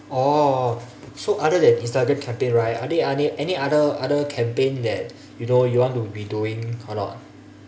oh so other than instagram campaign right are there any other other campaign that you know you want to be doing or not